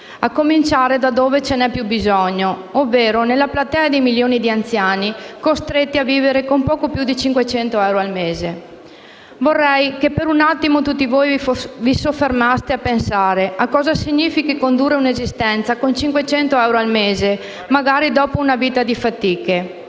a cominciare da dove ve n'è più bisogno, ovvero nella platea dei milioni di anziani costretti a vivere con poco più di 500 euro al mese. Vorrei che per un attimo tutti voi vi soffermaste a pensare cosa significa condurre un'esistenza con 500 euro al mese, magari dopo una vita di fatiche.